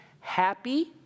Happy